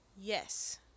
Yes